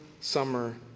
summer